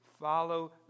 Follow